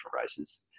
races